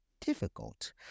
difficult